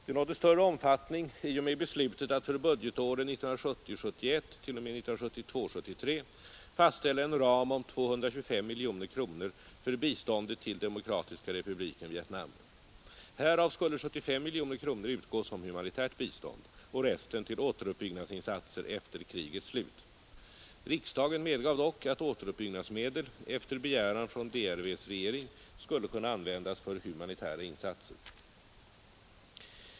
Det nådde större omfattning i och med beslutet att för budgetåren 1970 73 fastställa en ram om 225 miljoner kronor för biståndet till Demokratiska republiken Vietnam . Härav skulle 75 miljoner kronor utgå som humanitärt bistånd och resten till återuppbyggnadsinsatser efter krigets slut. Riksdagen medgav dock att återuppbyggnadsmedel efter begäran från DRV:s regering — skulle kunna användas för humanitära insatser.